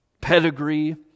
pedigree